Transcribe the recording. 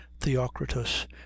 theocritus